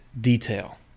detail